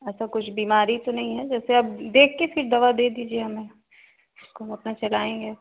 ऐसे कुछ बिमारी तो नहीं है जैसे अब देखकर फिर दवा दे दीजिए हमें उसको हम अपना चलाएंगे